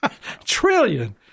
Trillion